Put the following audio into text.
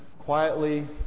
quietly